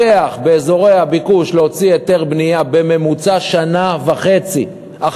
באזורי הביקוש לוקח להוציא היתר בנייה שנה וחצי בממוצע,